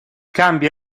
cambia